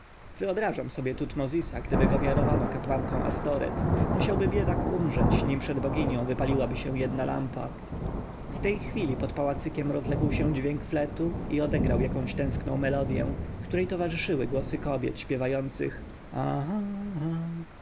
wyobrażam sobie tutmozisa gdyby go mianowano kapłanką astoreth musiałby biedak umrzeć pierwej nim przed boginią wypaliłaby się jedna lampa w tej chwili pod pałacykiem rozległ się dźwięk fletu i odegrał jakąś tęskną melodję której towarzyszyły głosy kobiet śpiewających aha-a